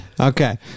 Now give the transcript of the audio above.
Okay